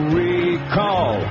recall